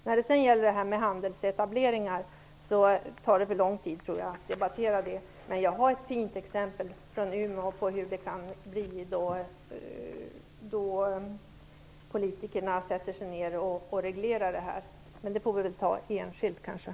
Jag tror att frågan om handelsetableringar tar för lång tid att debattera, men jag har ett fint exempel från Umeå på hur det kan gå till när politikerna sätter sig ner och reglerar sådana här saker. Men den diskussionen får vi kanske ta enskilt.